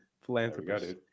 Philanthropist